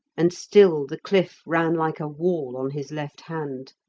and still the cliff ran like a wall on his left hand.